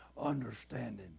understanding